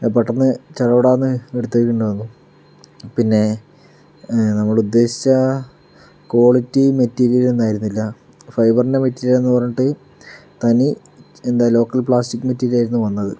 പെട്ടന്ന് ചടപടാന്ന് എടുത്ത് വയ്ക്കേണ്ടി വന്നു പിന്നെ നമ്മൾ ഉദ്ദേശിച്ച ക്വാളിറ്റി മെറ്റീരിയൽ ഒന്നും ആയിരുന്നില്ല ഫൈബറിൻ്റെ മെറ്റീരിയൽ എന്നു പറഞ്ഞിട്ട് തനി എന്താ ലോക്കൽ പ്ലാസ്റ്റിക് മെറ്റീരിയലായിരുന്നു വന്നത്